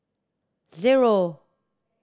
zero